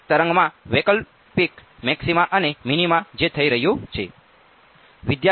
તેથી એક તરંગમાં વૈકલ્પિક મેક્સિમા અને મિનિમા જે થઈ રહ્યું છે